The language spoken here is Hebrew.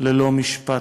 ללא משפט.